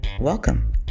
Welcome